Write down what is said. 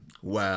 Wow